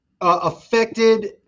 affected